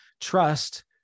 trust